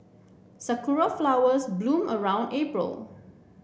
sakura flowers bloom around April